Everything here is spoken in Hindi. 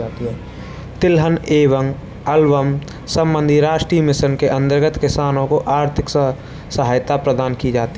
तिलहन एवं एल्बम संबंधी राष्ट्रीय मिशन के अंतर्गत किसानों को आर्थिक सहायता प्रदान की जाती है